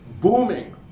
booming